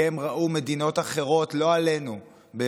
כי הם ראו מדינות אחרות באירופה,